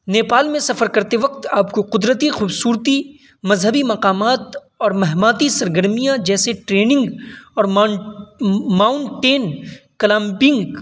نیپال میں سفر کرتے وقت آپ کو قدرتی خوبصورتی مذہبی مقامات اور مہماتی سرگرمیاں جیسے ٹریننگ اور ماؤنٹین کلمپنگ